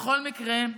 בכל מקרה,